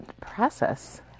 process